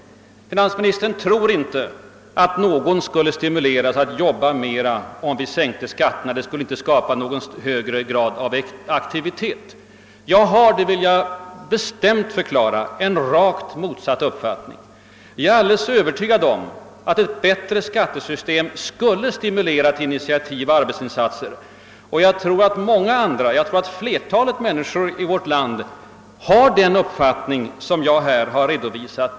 Finansministern tror inte att någon skulle stimuleras att jobba mer om vi sänkte skatterna; det skulle inte skapa någon högre grad av aktivitet. Jag har — det vill jag bestämt förklara — en rakt motsatt uppfattning. Jag är alldeles övertygad om att ett bättre skattesystem skulle stimulera till initiativ och arbetsinsatser. Jag tror att många andra — säkerligen flertalet människor i vårt land — har den uppfattning jag här redovisat.